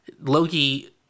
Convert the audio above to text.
loki